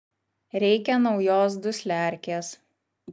reikia naujos dusliarkės